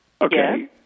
Okay